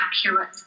accurate